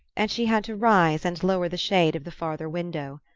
and she had to rise and lower the shade of the farther window.